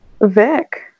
Vic